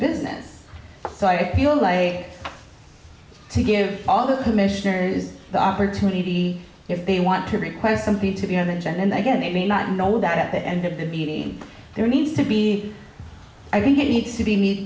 business so i feel like to give all the commissioners the opportunity if they want to request and be together and then again they may not know that at the end of the meeting there needs to be i think it needs to be made